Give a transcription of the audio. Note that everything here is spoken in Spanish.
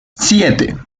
siete